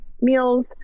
meals